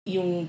Yung